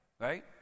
right